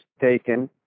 taken